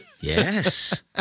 Yes